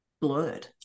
blurred